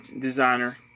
designer